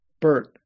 Bert